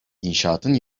i̇nşaatın